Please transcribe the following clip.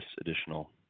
additional